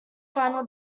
final